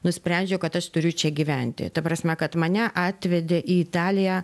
nusprendžiau kad aš turiu čia gyventi ta prasme kad mane atvedė į italiją